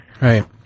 Right